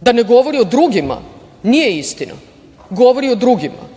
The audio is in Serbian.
da ne govori o drugima, nije istina, govori o drugima